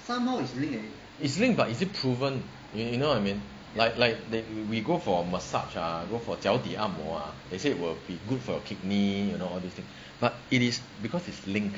is linked but is it proven you know what I mean like like they we go for massage ah go for 脚底按摩 ah they said will be good for your kidney you know all these thing but it's because it's linked